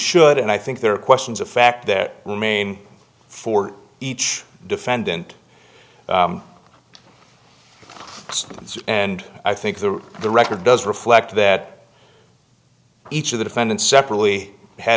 should and i think there are questions of fact that will mean for each defendant and i think that the record does reflect that each of the defendants separately had